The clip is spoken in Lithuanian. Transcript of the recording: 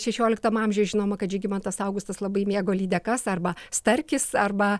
šešioliktam amžiuj žinoma kad žygimantas augustas labai mėgo lydekas arba starkis arba